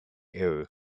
air